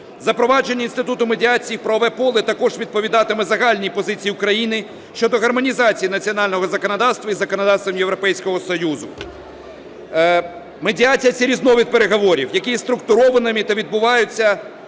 Запровадження інституту медіації в правове поле також відповідатиме загальній позиції України щодо гармонізації національного законодавства із законодавством Європейського Союзу. Медіація – це різновид переговорів, які є структурованими та відбуваються